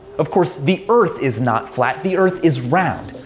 of course, the earth is not flat, the earth is round.